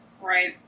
Right